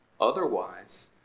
Otherwise